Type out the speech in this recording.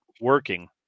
working